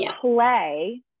play